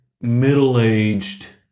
middle-aged